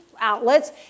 outlets